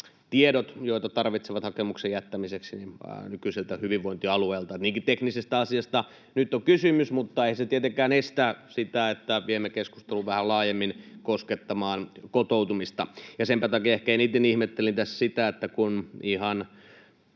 tiedot, joita tarvitsevat hakemuksen jättämiseksi. Niinkin teknisestä asiasta nyt on kysymys, mutta eihän se tietenkään estä sitä, että viemme keskustelun vähän laajemmin koskettamaan kotoutumista, ja senpä takia ehkä eniten ihmettelin tässä sitä, että kun